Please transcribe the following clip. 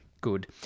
Good